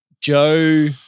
Joe